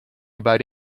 about